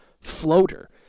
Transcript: floater